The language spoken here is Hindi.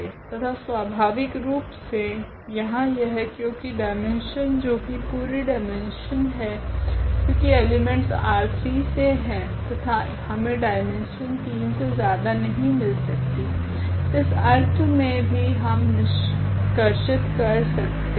तथा स्वाभाविकरूप से यहाँ यह क्योकि डाईमेन्शन जो की पूरी डाईमेन्शन है क्योकि एलिमेंट्स R3 से है तथा हमे डाईमेन्शन 3 से ज्यादा नहीं मिल सकती इस अर्थ मे भी हम निष्कर्षित कर सकते है